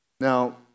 Now